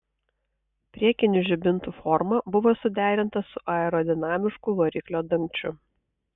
priekinių žibintų forma buvo suderinta su aerodinamišku variklio dangčiu